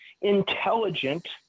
intelligent